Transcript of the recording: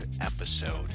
episode